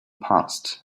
passed